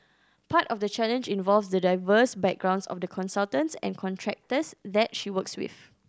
part of the challenge involves the diverse backgrounds of the consultants and contractors that she works with